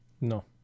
No